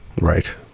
right